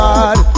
God